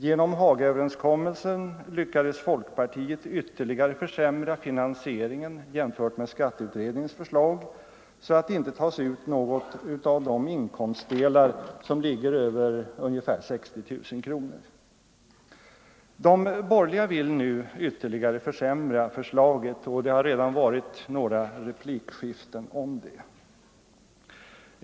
Genom Hagaöverenskommelsen lyckades folkpartiet ytterligare försämra finansieringen, jämfört med skatteutredningens förslag, så att det inte tas ut något av de inkomstdelar som ligger över ungefär 60 000 kronor. De borgerliga vill nu ytterligare försämra förslaget, och det har redan varit några replikskiften om det.